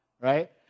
right